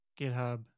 GitHub